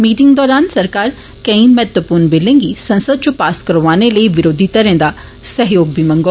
meeting दौरान सरकार केई महत्वपूर्ण बिलें गी संसद च पास करोआने लेई बरोधी दलें दा सैह्योग मंग्गोग